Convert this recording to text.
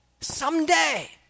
someday